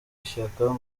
ishyaka